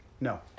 No